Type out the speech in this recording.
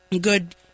good